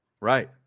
right